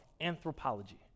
anthropology